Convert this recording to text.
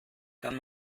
kann